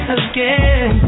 again